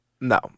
No